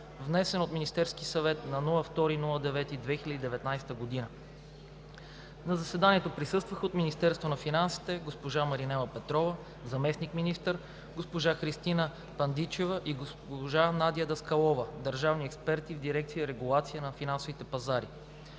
внесен от Министерския съвет на 2 септември 2019 г. На заседанието присъстваха: от Министерството на финансите – госпожа Маринела Петрова – заместник-министър, госпожа Христина Пендичева и госпожа Надя Даскалова – държавни експерти в дирекция „Регулация на финансовите пазари“;